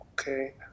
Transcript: Okay